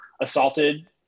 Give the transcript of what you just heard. assaulted